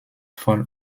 voll